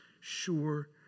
sure